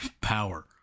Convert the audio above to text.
Power